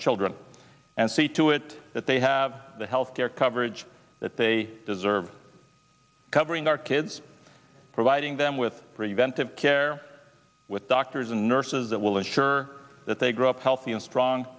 children and see to it that they have the health care coverage that they deserve covering our kids providing them with preventive care with doctors and nurses that will ensure that they grow up healthy and strong